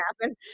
happen